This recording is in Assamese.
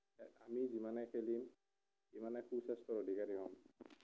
খেল আমি যিমানেই খেলিম সিমানে সুস্বাস্থ্যৰ অধিকাৰী হ'ম